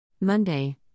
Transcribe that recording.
Monday